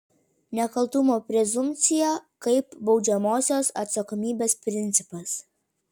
nekaltumo prezumpcija kaip baudžiamosios atsakomybės principas